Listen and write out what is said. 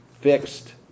fixed